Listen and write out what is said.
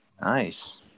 Nice